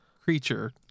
creature